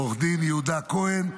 עו"ד יהודה כהן.